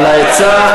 על העצה,